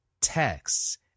texts